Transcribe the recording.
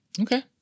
Okay